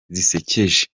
zisekeje